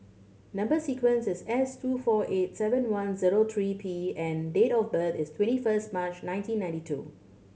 number sequence is S two four eight seven one zero three P and date of birth is twenty first March nineteen ninety two